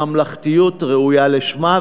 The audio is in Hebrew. ממלכתיות ראויה לשמה,